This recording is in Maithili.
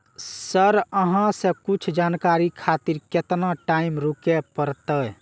सर अहाँ से कुछ जानकारी खातिर केतना टाईम रुके परतें?